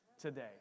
today